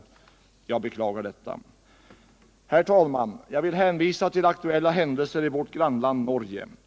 Jag beklagar detta. Herr talman! Jag vill hänvisa till aktuella händelser i vårt grannland Norge.